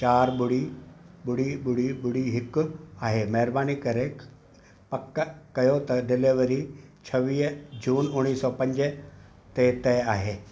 चारि ॿुड़ी ॿुड़ी ॿुड़ी ॿुड़ी हिकु आहे महिरबानी करे पक कयो त डिलीवरी छवीह जून उणिवीह सौ पंज ते तय आहे